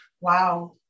Wow